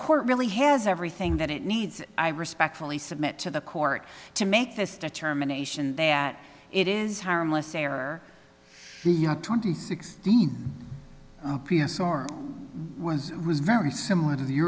court really has everything that it needs i respectfully submit to the court to make this determination that it is harmless error twenty sixteen words was very similar to the